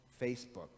Facebook